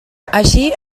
així